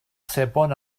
sebon